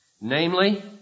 Namely